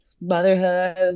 motherhood